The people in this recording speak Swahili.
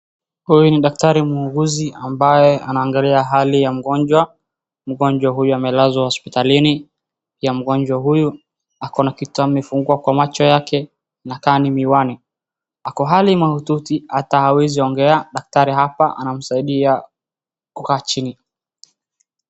Huyu ni daktari muuguzi ambaye anaangalia hali ya mgonjwa, mgonjwa huyu amelazwa hospitalini ya mgonjwa huyu akona kitu amefungwa kwa macho yake inakaa ni miwani ako hali mahututi hata hawezi ongea daktari hapa anamsaidia kukaa chini.